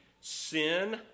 sin